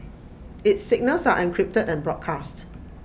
its signals are encrypted and broadcast